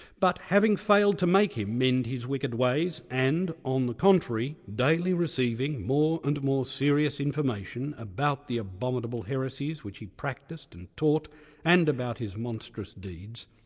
but having failed to make him mend his wicked ways, and, on the contrary, daily receiving more and more serious information about the abominable heresies which he practiced and taught and about his monstrous deeds,